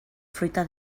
fruita